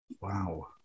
Wow